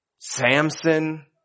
Samson